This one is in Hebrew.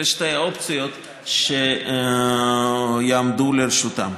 אלה שתי האופציות שיעמדו לרשותם.